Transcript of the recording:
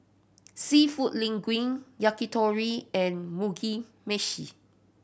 Seafood Linguine Yakitori and Mugi Meshi